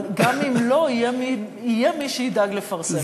אבל גם אם לא, יהיה מי שידאג לפרסם את זה.